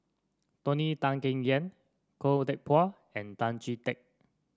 Tony Tan Keng Yam Khoo Teck Puat and Tan Chee Teck